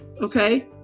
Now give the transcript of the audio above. Okay